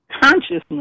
consciousness